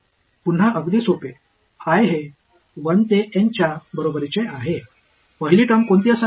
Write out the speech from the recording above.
पुन्हा अगदी सोपी i हे 1 ते एन च्या बरोबरीचे आहे पहिली टर्म कोणती असावी